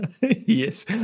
yes